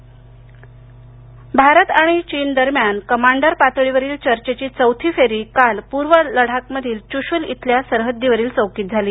भारत चीन भारत आणि चीन दरम्यान कमांडर पातळीवरील चर्चेची चौथी फेरी काल पूर्व लडाख मधील च्रशूल इथल्या सरहद्दीवरील चौकीत झाली